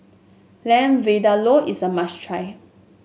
Lamb Vindaloo is a must try